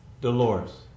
Dolores